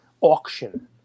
Auction